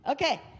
Okay